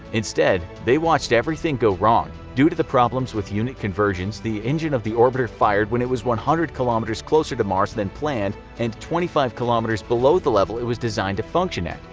instead, they watched everything go wrong. due to the problems with unit conversions, the engine of the orbiter fired when it was one hundred kilometers closer to mars than planned and twenty five kilometers below the level it was designed to function at.